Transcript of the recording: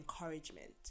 encouragement